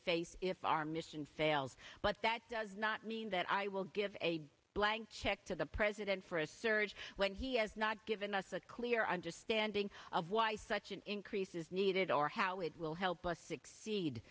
face if our mission fails but that does not mean that i will give a blank check to the president for a surge when he has not given us a clear understanding of why such an increase is needed or how it will help us exceed